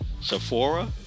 Sephora